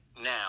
now